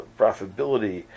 profitability